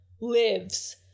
lives